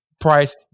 price